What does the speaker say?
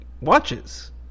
watches